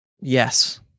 Yes